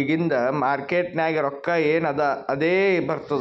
ಇಗಿಂದ್ ಮಾರ್ಕೇಟ್ ನಾಗ್ ರೊಕ್ಕಾ ಎನ್ ಅದಾ ಅದೇ ಬರ್ತುದ್